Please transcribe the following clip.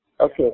Okay